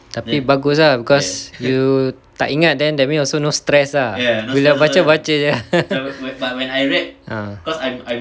tapi bagus ah because you tak ingat then that means also no stress lah bila baca baca jer ah